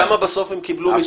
פתחתם את